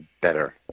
better